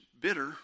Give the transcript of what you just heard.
bitter